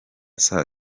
saa